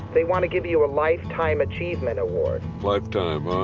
they want to give you a lifetime achievement award. lifetime,